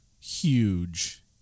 Huge